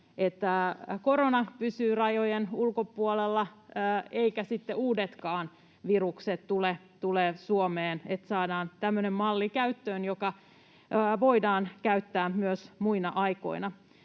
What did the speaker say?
korona pysyy rajojen ulkopuolella eivätkä sitten uudetkaan virukset tule Suomeen, niin että saadaan tämmöinen malli käyttöön, jota voidaan käyttää myös muina aikoina.